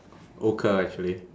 ochre actually